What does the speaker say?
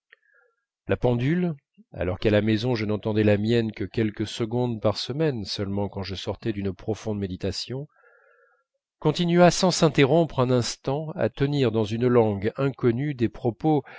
la pendule alors qu'à la maison je n'entendais la mienne que quelques secondes par semaine seulement quand je sortais d'une profonde méditation continua sans s'interrompre un instant à tenir dans une langue inconnue des propos